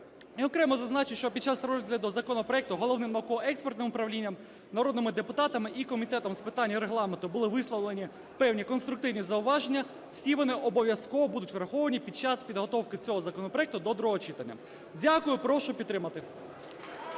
окремо зазначу, що під час розгляду законопроекту Головним науково-експертним управлінням, народними депутатами і Комітетом з питань Регламенту були висловлені певні конструктивні зауваження. Всі вони обов'язково будуть враховані під час підготовки цього законопроекту до другого читання. Дякую. Прошу підтримати.